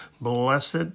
Blessed